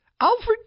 Alfred